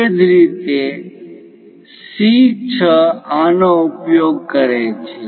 એ જ રીતે C 6 આનો ઉપયોગ કરે છે